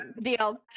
Deal